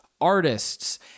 artists